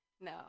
No